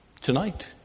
tonight